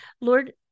Lord